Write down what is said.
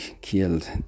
killed